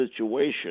situation